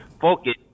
focus